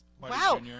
Wow